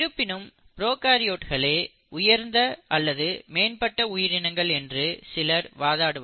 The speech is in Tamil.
இருப்பினும் ப்ரோகாரியோட்களே உயர்ந்த அல்லது மேம்பட்ட உயிரினங்கள் என்று சிலர் வாதாடுவர்